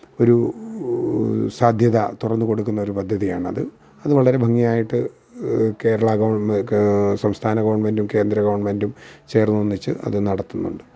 ഒരു സാധ്യത തുറന്ന് കൊടുക്കുന്ന ഒരു പദ്ധതിയാണ് അത് അത് വളരെ ഭംഗിയായിട്ട് കേരളാ സംസ്ഥാന ഗവണ്മെൻ്റും കേന്ദ്ര ഗവണ്മെൻ്റും ചേര്ന്ന് ഒന്നിച്ച് അത് നടത്തുന്നുണ്ട്